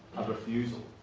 a refusal.